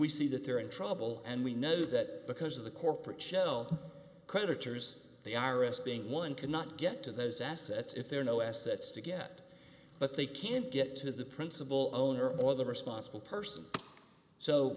we see that they're in trouble and we know that because of the corporate shell creditors they are risk being one cannot get to those assets if there are no assets to get but they can't get to the principal owner or the responsible person so